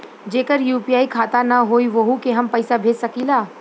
जेकर यू.पी.आई खाता ना होई वोहू के हम पैसा भेज सकीला?